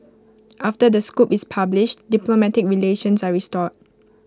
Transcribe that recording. after the scoop is published diplomatic relations are restored